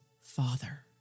Father